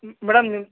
madam ನಿಮ್ಮ